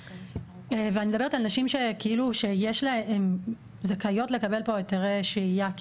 אני מדברת על נשים שהן זכאיות לקבל פה היתרי שהייה.